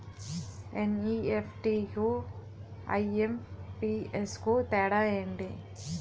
NEFT కు IMPS కు తేడా ఎంటి?